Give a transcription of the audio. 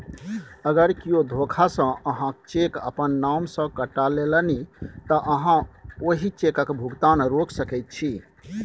अगर कियो धोखासँ अहाँक चेक अपन नाम सँ कटा लेलनि तँ अहाँ ओहि चेकक भुगतान रोकि सकैत छी